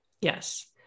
Yes